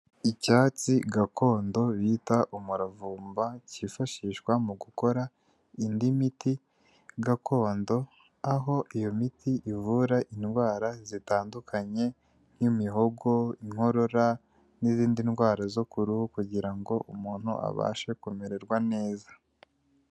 Icyatsi gakondo bita umuravumba, cyifashishwa mu gukora indi miti gakondo, aho iyo miti ivura indwara zitandukanye; nk'imihogo, inkorora, n'izindi ndwara zo ku ruhu, kugira ngo umuntu abashe kumererwa neza.